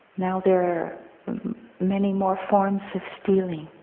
now, there are many more forms of stealing.